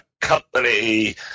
company